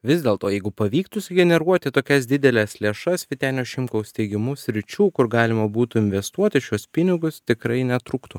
vis dėlto jeigu pavyktų sugeneruoti tokias dideles lėšas vytenio šimkaus teigimu sričių kur galima būtų investuoti šiuos pinigus tikrai netrūktų